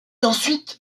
ensuite